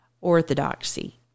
orthodoxy